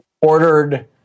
ordered